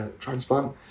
transplant